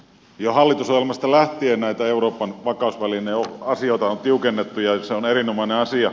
jo hallitusohjelmasta lähtien näitä euroopan vakausvälineasioita on tiukennettu ja se on erinomainen asia